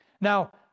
Now